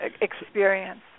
experience